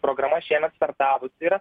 programa šiemet startavusi yra